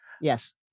Yes